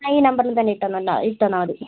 ആ ഈ നമ്പറിൽ തന്നെ ഇട്ടുതന്നോണ്ടാ ഇട്ടുതന്നാൽ മതി